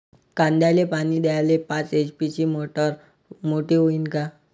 कांद्याले पानी द्याले पाच एच.पी ची मोटार मोटी व्हईन का?